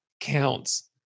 counts